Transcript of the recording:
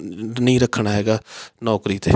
ਨਹੀਂ ਰੱਖਣਾ ਹੈਗਾ ਨੌਕਰੀ 'ਤੇ